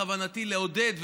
בכוונתי לעודד,